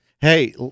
Hey